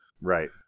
Right